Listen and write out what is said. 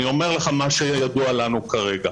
אני אומר לך מה שידוע לנו כרגע.